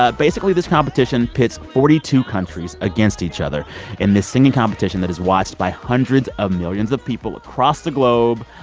ah basically, this competition pits forty two countries against each other in this singing competition that is watched by hundreds of millions of people across the globe.